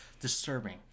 disturbing